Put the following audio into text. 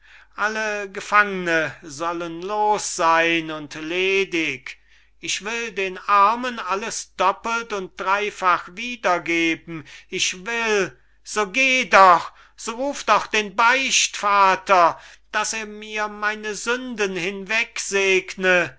alle gefang'ne sollen los seyn und ledig ich will den armen alles doppelt und dreyfach wiedergeben ich will so geh doch so ruf doch den beichtvater daß er mir meine sünden